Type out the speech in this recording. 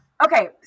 Okay